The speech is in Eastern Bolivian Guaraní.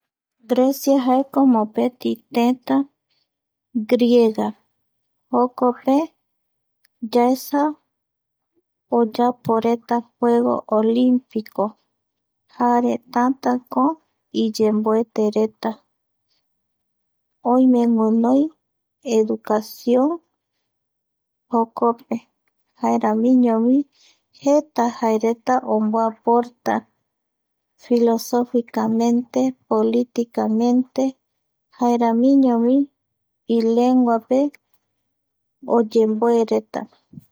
Grecia jaeko mopeti tëta griega, jokope yaesa oyaporeta juego olimpico jare tätäko iyemboetereta oime guinoi educación jokope jaeramiñovi jeta jaereta omoaportaa filosícamente, políticamente, jaeramiñovi i lenguape oyemboe reta